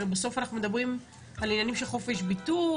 הרי בסוף אנחנו מדברים על עניינים של חופש ביטוי,